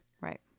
right